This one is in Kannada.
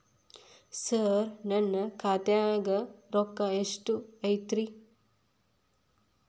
ಸರ ನನ್ನ ಖಾತ್ಯಾಗ ರೊಕ್ಕ ಎಷ್ಟು ಐತಿರಿ?